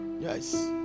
yes